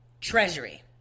Treasury